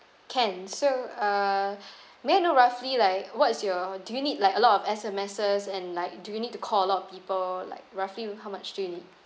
can so uh may I know roughly like what's your do you need like a lot of S_M_Ses and like do you need to call a lot of people like roughly how much do you need